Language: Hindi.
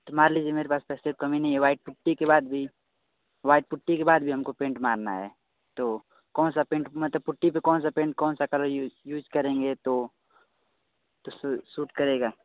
तो मान लिजिए मेरे पास पैसे कमी नहीं है व्हाइट पुट्टी के बाद भी व्हाइट पुट्टी के बाद भी हमको पेंट मारना है तो कौन सा पेंट मतलब पुट्टी पर कौन सा पेंट कौन सा कलर यू यूज़् करेंगे तो तो स सूट करेगा